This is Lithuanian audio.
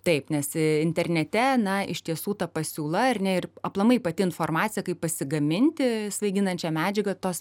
taip nes internete na iš tiesų ta pasiūla ar ne ir aplamai pati informacija kaip pasigaminti svaiginančią medžiagą tos